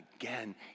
Again